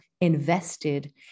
invested